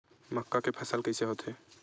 मक्का के फसल कइसे होथे?